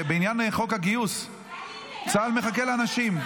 בעניין חוק הגיוס: צה"ל מחכה לאנשים.